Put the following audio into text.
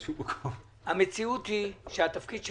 יחליטו להקים ועדת חקירה ממלכתית תיכף נדבר על זה,